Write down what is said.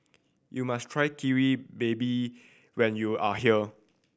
you must try Kari Babi when you are here